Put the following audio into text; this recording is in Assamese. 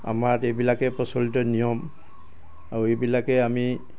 আমাৰ ইয়াত এইবিলাকেই প্ৰচলিত নিয়ম আৰু এইবিলাকেই আমি